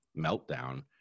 meltdown